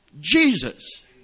Jesus